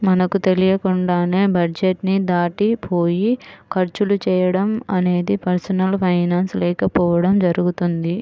మనకు తెలియకుండానే బడ్జెట్ ని దాటిపోయి ఖర్చులు చేయడం అనేది పర్సనల్ ఫైనాన్స్ లేకపోవడం జరుగుతుంది